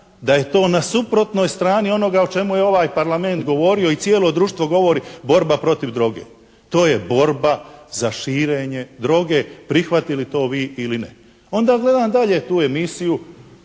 da je to na suprotnoj strani onoga o čemu je ovaj Parlament govorio i cijelo društvo govori, borba protiv droge. To je borba za širenje droge, prihvatili vi to ili ne. Onda gledam dalje tu emisiju